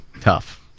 tough